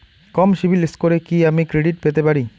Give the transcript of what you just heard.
কম সিবিল স্কোরে কি আমি ক্রেডিট পেতে পারি?